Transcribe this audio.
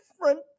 different